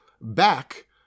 back